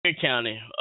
County